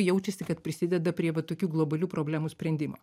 jaučiasi kad prisideda prie va tokių globalių problemų sprendimo